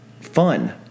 fun